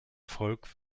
volk